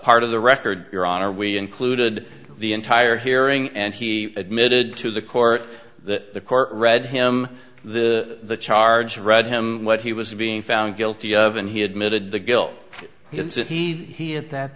part of the record your honor we included the entire hearing and he admitted to the court that the court read him the charges read him what he was being found guilty of and he admitted the guilt he at that